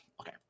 okay